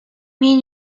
mean